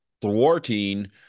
thwarting